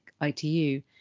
ITU